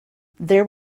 there